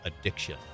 addiction